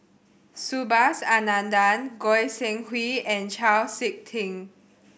Subhas Anandan Goi Seng Hui and Chau Sik Ting